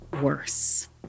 worse